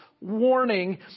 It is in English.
warning